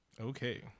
Okay